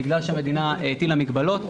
בגלל שהמדינה הטילה מגבלות.